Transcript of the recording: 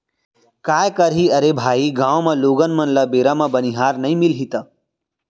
काय करही अरे भाई गॉंव म लोगन मन ल बेरा म बनिहार नइ मिलही त